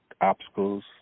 obstacles